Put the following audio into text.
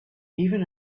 even